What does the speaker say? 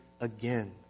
again